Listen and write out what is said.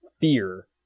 fear